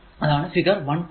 അതാണ് ഫിഗർ 1